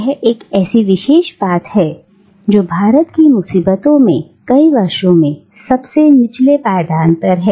यह एक ऐसी विशेष बात है जो भारत की मुसीबतों में कई वर्षों से सबसे निचले पायदान पर है